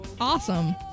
awesome